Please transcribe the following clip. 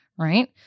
right